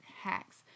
hacks